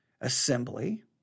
Assembly